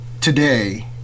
today